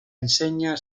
enseña